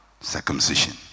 circumcision